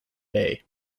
bay